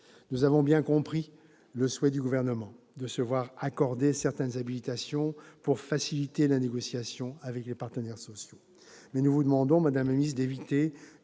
Nous avons bien compris le souhait du Gouvernement de se voir accorder certaines habilitations pour faciliter la négociation avec les partenaires sociaux,